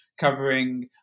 covering